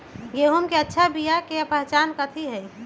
गेंहू के अच्छा बिया के पहचान कथि हई?